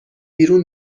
بیرون